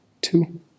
two